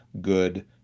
good